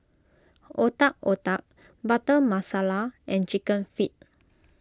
Otak Otak Butter Masala and Chicken Feet